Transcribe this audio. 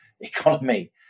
economy